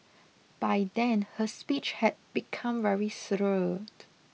by then her speech had become very slurred